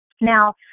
Now